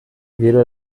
giro